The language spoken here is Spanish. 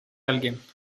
alguien